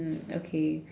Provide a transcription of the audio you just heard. okay